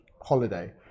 holiday